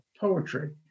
poetry